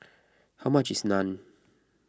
how much is Naan